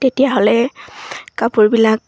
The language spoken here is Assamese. তেতিয়াহ'লে কাপোৰবিলাক